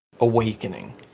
awakening